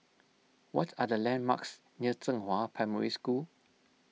what are the landmarks near Zhenghua Primary School